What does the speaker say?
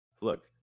Look